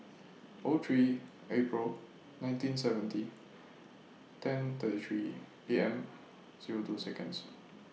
O three April nineteen seventy ten thirty three A M Zero two Seconds